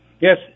Yes